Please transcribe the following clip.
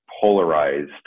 polarized